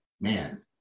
man